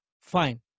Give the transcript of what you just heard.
Fine